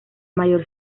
mayor